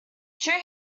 true